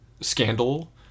scandal